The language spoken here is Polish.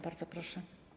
Bardzo proszę.